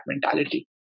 mentality